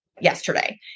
yesterday